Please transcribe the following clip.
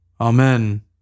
Amen